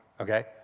Okay